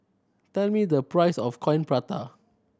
tell me the price of Coin Prata